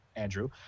andrew